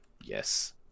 Yes